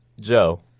Joe